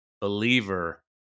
believer